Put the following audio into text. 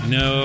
no